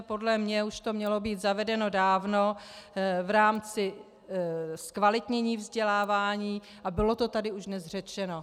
Podle mě už to mělo být zavedeno dávno v rámci zkvalitnění vzdělávání a bylo to tady už dnes řečeno.